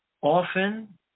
often